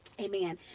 Amen